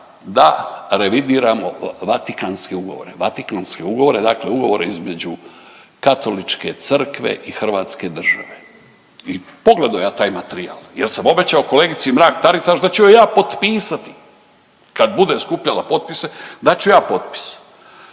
ugovore. Vatikanske ugovore, dakle ugovore između Katoličke crkve i hrvatske države. I pogledao ja taj materijal jer sam obećao kolegici Mrak Taritaš da ću joj ja potpisati kad bude skupljala potpise dat ću ja potpis.